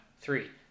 three